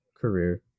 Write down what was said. career